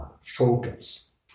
focus